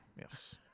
Yes